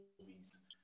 movies